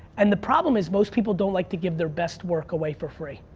and the problem is, most people don't like to give their best work away for free.